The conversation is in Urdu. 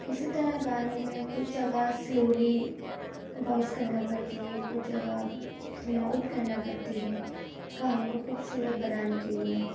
اسی طرح گانے میں کچھ جگہ سلولی وائس کرنا پڑتی ہے کچھ جگہ لاؤڈ کرنا پڑتی ہے گانے کو خوبصورت بنانے کے لیے